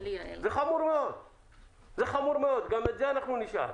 זה חמור מאוד וגם את זה אנחנו נשאל.